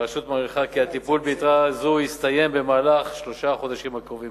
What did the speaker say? הרשות מעריכה כי הטיפול ביתרה זו יסתיים במהלך שלושת החודשים הקרובים,